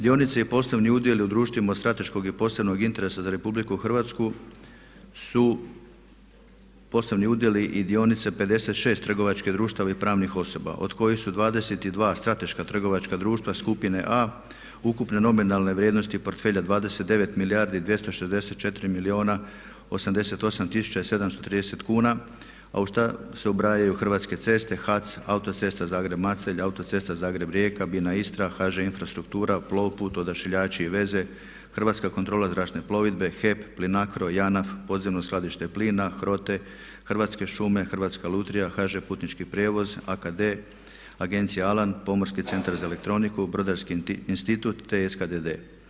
Dionice i poslovni udjeli u društvima od strateškog je i posebnog interesa za RH su poslovni udjeli i dionice 56 trgovačkih društava i pravnih osoba od kojih su 22 strateška trgovačka društva skupine A ukupne nominalne vrijednosti portfelja 29 milijardi 264 milijuna 88 tisuća i 730 kuna a u šta se ubrajaju Hrvatske ceste, HAC, Autocesta Zagreb- Macelj, Autocesta Zagreb-Rijeka, BINA Istra, HŽ infrastruktura, Plov put, odašiljači i veze, Hrvatska kontrola zračne plovidbe, HEP, Plinacro, Janaf, Podzemno skladište plina, HROTE, Hrvatske šume, Hrvatske lutrija, HŽ putnički prijevoz, ARCADE, agencija Alan, Pomorski centar za elektroniku, Brodarski institut te SKEDE.